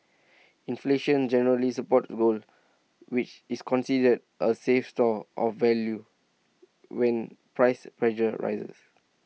inflation generally supports gold which is considered A safe store of value when price pressures rises